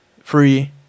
free